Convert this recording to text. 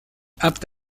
apte